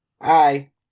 Hi